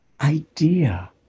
idea